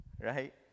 right